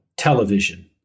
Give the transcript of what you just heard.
television